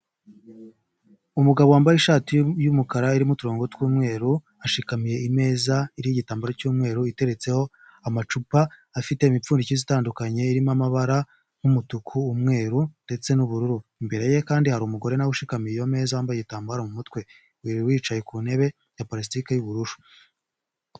Umugabo wambaye ishati y'umukara arimo uturongo tw'umweru ashikamiye imeza iriho igitambaro cy'umweru iteretseho amacupa afite imipfundikizo itandukanye irimo amabara y'umutuku, umweru ndetse n'ubururu, imbere ye kandi hari umugore na we ushikamiye iyo meza wambaye igitambaro mu mutwe, wari wicaye ku ntebe ya parasitiki y'ubururu.